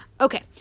Okay